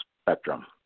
spectrum